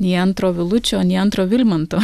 nei antro vilučio nei antro vilmanto